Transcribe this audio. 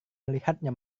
melihatnya